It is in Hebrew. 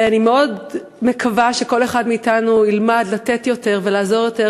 ואני מאוד מקווה שכל אחד מאתנו ילמד לתת יותר ולעזור יותר,